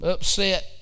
Upset